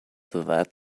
that